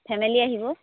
family আহিব